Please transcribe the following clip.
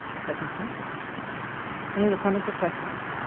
second semester, so any other comments or questions?